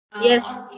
Yes